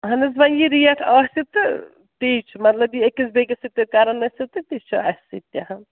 اَہن حظ وۅنۍ یہِ ریٹ آسہِ تہٕ تی چھُ مطلب یہِ أکِس بیٚیِس سۭتۍ تُہۍ کَران ٲسِو تہٕ تہِ چھُ اَسہِ سۭتۍ تہِ ہن